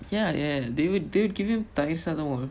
ya ya they would they would give you thayir sadam saatham [what]